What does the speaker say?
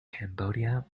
cambodia